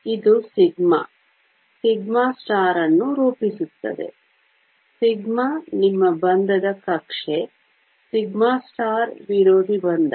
ಇದು σ σ ಅನ್ನು ರೂಪಿಸುತ್ತದೆ σ ನಿಮ್ಮ ಬಂಧದ ಕಕ್ಷೆ σ ವಿರೋಧಿ ಬಂಧನ